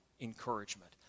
encouragement